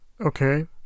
Okay